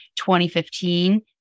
2015